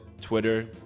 Twitter